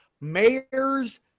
mayors